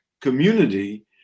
community